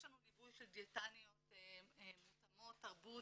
יש לנו ליווי של דיאטניות מותאמות תרבות.